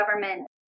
government